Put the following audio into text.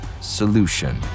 solution